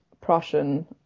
Prussian